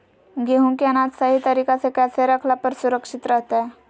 गेहूं के अनाज सही तरीका से कैसे रखला पर सुरक्षित रहतय?